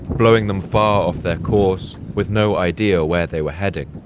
blowing them far off their course with no idea where they were heading.